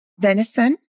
venison